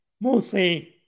mostly